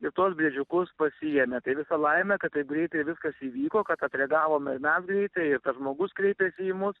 ir tuos briedžiukus pasiėmė tai visa laimė kad taip greitai viskas įvyko kad atreagavome mes greitai ir tas žmogus kreipėsi į mus